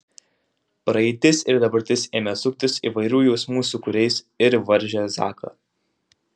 praeitis ir dabartis ėmė suktis įvairių jausmų sūkuriais ir varžė zaką